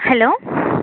hello